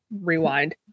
rewind